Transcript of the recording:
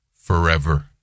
forever